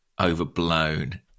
Overblown